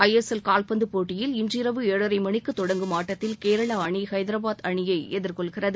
ஐ S L கால்பந்து போட்டியில் இன்றிரவு ஏழரை மணிக்கு தொடங்கும் ஆட்டத்தில் கேரளா அணி ஐதரபாத் அணியை எதிர்கொள்கிறது